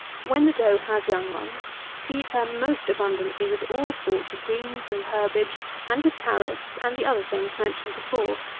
when the doe has young ones, feed her most abundantly with all sorts of greens and herbage and with carrots and the other things mentioned before,